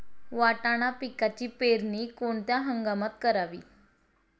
वाटाणा पिकाची पेरणी कोणत्या हंगामात करावी?